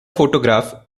photograph